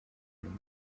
nyina